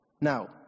Now